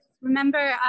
remember